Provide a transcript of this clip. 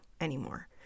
anymore